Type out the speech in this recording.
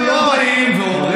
הרי אנחנו לא באים ואומרים,